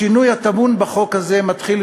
השינוי הטמון בחוק זה מתחיל,